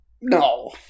no